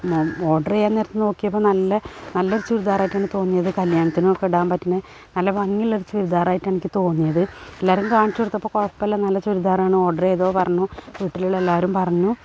ഞാൻ ഓർഡർ ചെയ്യാന് നേരത്ത് നോക്കിയപ്പോൾ നല്ല നല്ലൊരു ചുരിദാറായിട്ടാണ് തോന്നിയത് കല്യാണത്തിനൊക്കെ ഇടാന് പറ്റുന്ന നല്ല ഭംഗിയുള്ളൊരു ചുരിദാറായിട്ട് എനിക്ക് തോന്നിയത് എല്ലാവരേയും കാണിച്ചു കൊടുത്തപ്പം കുഴപ്പമില്ല നല്ല ചുരിദാറാണ് ഓഡ്ർ ചെയ്തോ പറഞ്ഞു വീട്ടിലുള്ള എല്ലാവരും പറഞ്ഞു